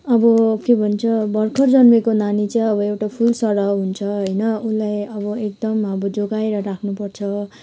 अब के भन्छ भर्खर जन्मिएको नानी चाहिँ अब एउटा फुल सरह हुन्छ होइन उसलाई अब एकदम जोगाएर राख्नु पर्छ